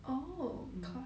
mm